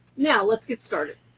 now let's get started.